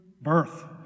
birth